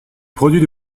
produits